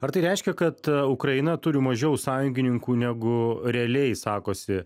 ar tai reiškia kad ukraina turi mažiau sąjungininkų negu realiai sakosi